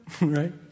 right